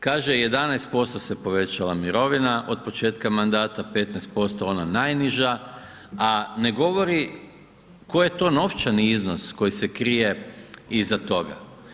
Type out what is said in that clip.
Kaže 11% se povećala mirovina od početka mandata 15% ona najniža a ne govori koji je to novčani iznos koji je krije iza toga.